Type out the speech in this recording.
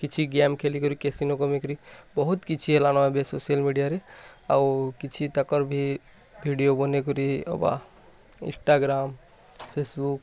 କିଛି ଗେମ୍ ଖେଲି କରି କେସିନୋ କମେଇ କିରି ବହୁତ୍ କିଛି ହେଲାନ୍ ଏବେ ସୋସିଆଲ୍ ମିଡ଼ିଆରେ ଆଉ କିଛି ତାକର୍ ଭି ଭିଡ଼ିଓ ବନେଇ କରି ୱା ଇନ୍ସଟାଗ୍ରାମ୍ ଫେସବୁକ୍